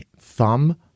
thumb